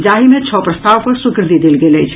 जाहि मे छओ प्रस्ताव पर स्वीकृति देल गेल अछि